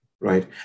right